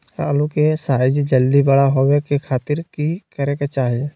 आलू के साइज जल्दी बड़ा होबे के खातिर की करे के चाही?